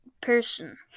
person